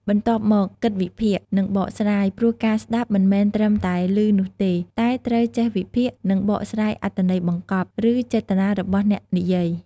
បន្ទាប់មកគិតវិភាគ និងបកស្រាយ ព្រោះការស្ដាប់មិនមែនត្រឹមតែឮនោះទេ តែត្រូវចេះវិភាគ និងបកស្រាយអត្ថន័យបង្កប់ ឬចេតនារបស់អ្នកនិយាយ។